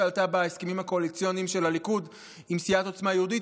שעלתה בהסכמים הקואליציוניים של הליכוד עם סיעת עוצמה יהודית,